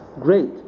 great